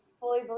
fully